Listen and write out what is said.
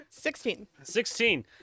16